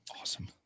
Awesome